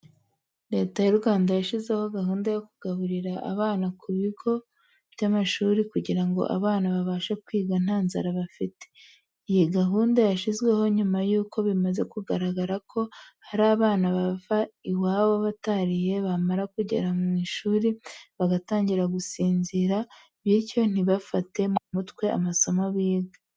Leta y'u Rwanda yashyizeho gahunda yo kugaburira abana ku bigo by'amashuri kugira ngo abana babashe kwiga nta nzara bafite. Iyi gahunda yashyizweho nyuma yuko bimaze kugaragara ko hari abana bavaga iwabo batariye bamara kugera mu ishuri, bagatangira gusinzira bityo ntibafate mu mutwe amasomo biga.